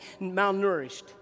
malnourished